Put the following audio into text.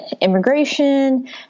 immigration